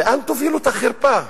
לאן תובילו את החרפה?